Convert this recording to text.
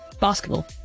Basketball